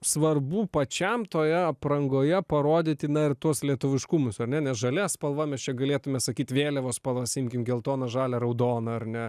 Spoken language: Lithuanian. svarbu pačiam toje aprangoje parodyti na ir tuos lietuviškumus ar ne nes žalia spalva mes čia galėtume sakyt vėliavos spalvas imkim geltoną žalią raudoną ar ne